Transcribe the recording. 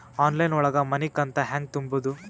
Online ಒಳಗ ಮನಿಕಂತ ಹ್ಯಾಂಗ ತುಂಬುದು?